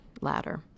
ladder